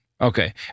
Okay